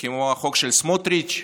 כמו החוק של סמוטריץ'.